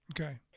Okay